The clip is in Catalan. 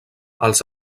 als